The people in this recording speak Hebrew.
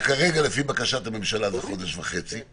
שכרגע לפי בקשת הממשלה זה חודש וחצי;